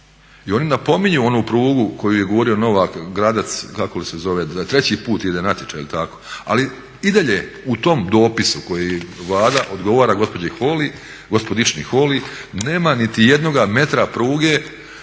i oni napominju onu prugu koju je govorio Novak Gradec kako li se zove treći put ide natječaj jel' tako? Ali i dalje u tom dopisu kojim Vlada odgovara gospođi Holy, gospodični Holy, nema nitijednoga metra pruge